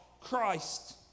Christ